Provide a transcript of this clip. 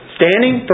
standing